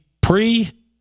pre